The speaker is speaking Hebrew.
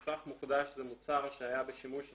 "מצרך מוחדש" זה מוצר שהיה בשימוש הצרכן,